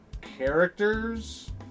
characters